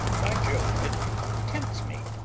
by jove, it tempts me.